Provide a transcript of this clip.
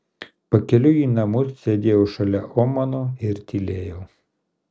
pakeliui į namus sėdėjau šalia omaro ir tylėjau